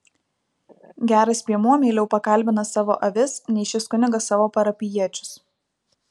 geras piemuo meiliau pakalbina savo avis nei šis kunigas savo parapijiečius